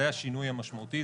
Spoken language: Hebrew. זה השינוי המשמעותי.